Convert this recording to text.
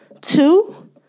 Two